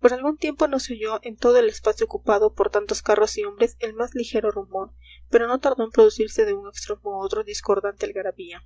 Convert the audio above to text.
por algún tiempo no se oyó en todo el espacio ocupado por tantos carros y hombres el más ligero rumor pero no tardó en producirse de un extremo a otro discordante algarabía